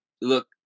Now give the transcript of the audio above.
look